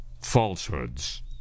falsehoods